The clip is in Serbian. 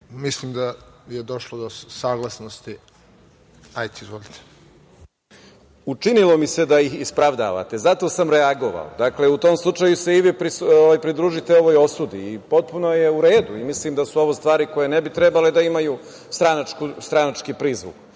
gospodin Zukorlić. Izvolite. **Muamer Zukorlić** Učinilo mi se da ih opravdavate i zato sam reagovao. Dakle, u tom slučaju se i vi pridružite ovoj osudi i potpuno je u redu i mislim da su ovo stvari koje ne bi trebale da imaju stranački prizvuk,